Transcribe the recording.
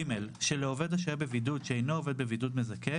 "(ג)שלעובד השוהה בבידוד שאינו עובד בבידוד מזכה